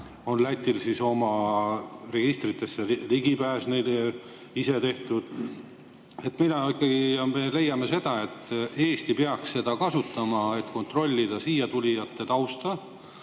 on Lätil registritele ligipääs ise tehtud. Meie ikkagi leiame seda, et Eesti peaks seda kasutama, et kontrollida siiatulijate tausta.